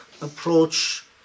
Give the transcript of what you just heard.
approach